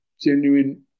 genuine